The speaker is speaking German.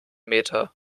meter